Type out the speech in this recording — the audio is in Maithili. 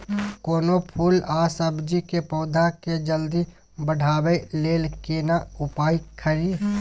कोनो फूल आ सब्जी के पौधा के जल्दी बढ़ाबै लेल केना उपाय खरी?